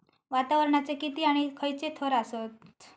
वातावरणाचे किती आणि खैयचे थर आसत?